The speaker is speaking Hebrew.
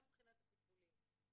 גם מבחינת הטיפולים.